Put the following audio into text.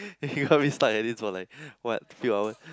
then we gonna be stuck at this for like what few hours